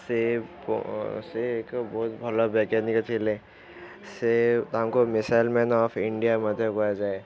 ସେ ସେ ଏକ ବହୁତ ଭଲ ବୈଜ୍ଞାନିକ ଥିଲେ ସେ ତାଙ୍କୁ ମିସାଇଲ୍ ମ୍ୟାନ୍ ଅଫ୍ ଇଣ୍ଡିଆ ମଧ୍ୟ କୁହାଯାଏ